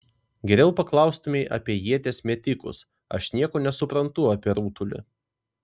geriau paklaustumei apie ieties metikus aš nieko nesuprantu apie rutulį